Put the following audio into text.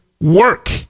work